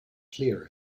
clear